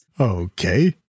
Okay